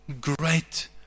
great